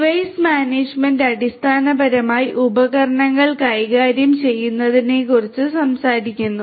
device management അടിസ്ഥാനപരമായി ഉപകരണങ്ങൾ കൈകാര്യം ചെയ്യുന്നതിനെക്കുറിച്ച് സംസാരിക്കുന്നു